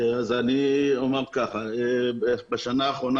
בשנה האחרונה,